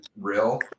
real